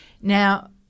Now